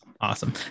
awesome